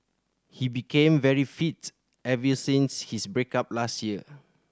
he became very fit ever since his break up last year